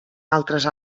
altres